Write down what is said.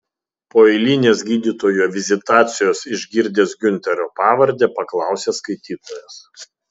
po eilinės gydytojo vizitacijos išgirdęs giunterio pavardę paklausė skaitytojas